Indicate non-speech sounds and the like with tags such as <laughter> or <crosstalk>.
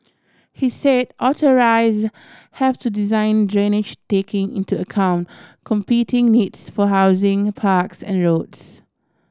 he said <unintelligible> have to design drainage taking into account competing needs for housing parks and roads